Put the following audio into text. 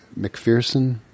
McPherson